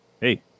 Hey